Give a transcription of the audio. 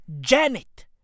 Janet